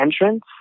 entrance